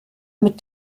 mit